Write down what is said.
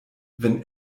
wenn